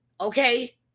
okay